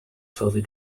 further